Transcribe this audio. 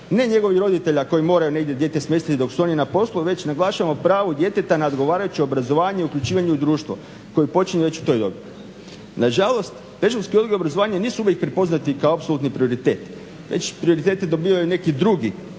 ne njegovih roditelja koji moraju negdje dijete smjestiti dok su oni na poslu već naglašavam pravo djeteta na odgovarajuće obrazovanje i uključivanje u društvo koje počinje već u toj dobi. Nažalost, predškolski odgoj i obrazovanje nisu uvijek prepoznati kao apsolutni prioritet već prioritete dobivaju neki drugi